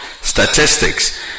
statistics